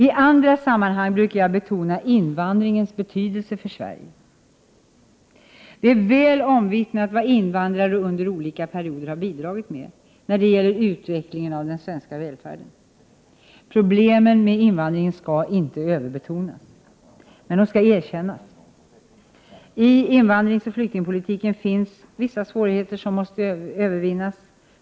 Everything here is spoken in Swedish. I andra sammanhang brukar jag betona invandringens betydelse för Sverige. Det är väl omvittnat vad invandrare under olika perioder har bidragit med när det gäller utvecklingen av den svenska välfärden. Problemen med invandringen skall inte överbetonas. Men de skall erkännas. I invandringsoch flyktingpolitiken finns vissa svårigheter som måste övervinnas.